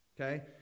Okay